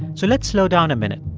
so let's slow down a minute.